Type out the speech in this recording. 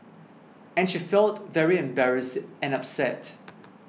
and she felt very embarrassed and upset